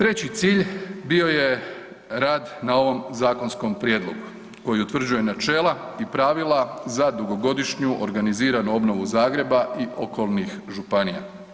Treći cilj bio je rad na ovom zakonskom prijedlogu koji utvrđuje načela i pravila za dugogodišnju organiziranu obnovu Zagreba i okolnih županija.